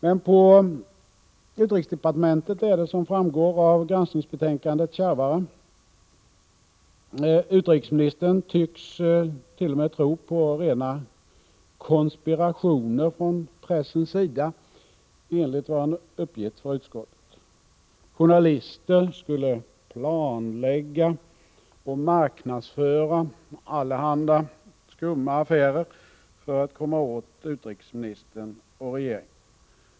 Men på utrikesdepartementet är det, som framgår av granskningsbetänkandet, kärvare. Utrikesministern tycks t.o.m. tro på rena konspirationer från pressens sida, enligt vad han uppgett för utskottet. Journalister skulle planlägga och marknadsföra allehanda skumma affärer för att komma åt utrikesministern och regeringen.